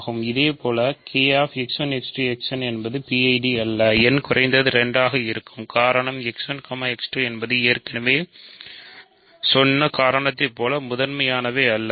இதேபோல் K அல்ல